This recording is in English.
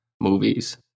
movies